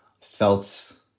felt